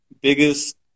biggest